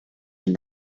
your